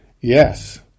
yes